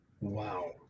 Wow